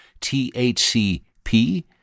THCP